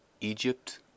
egypt